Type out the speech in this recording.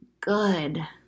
good